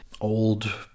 old